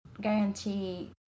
guarantee